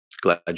Glad